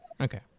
okay